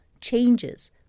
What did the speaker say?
changes